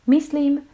Myslím